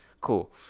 cool